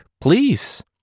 please